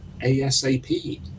asap